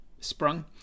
sprung